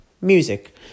music